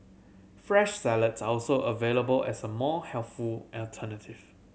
fresh salads are also available as a more healthful alternative